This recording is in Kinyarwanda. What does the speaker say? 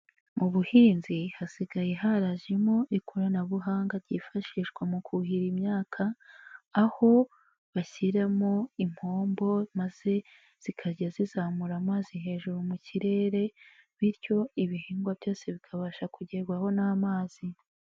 Mu buhinzi hasigaye harajemo ikoranabuhanga ryifashishwa mu kuhira imyaka aho bashyiramo impombo maze zikajya zizamura amazi hejuru mu kirere bityo ibihingwa byose bikabasha kugerwaho n'amazi.